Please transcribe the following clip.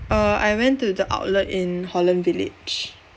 err I went to the outlet in holland village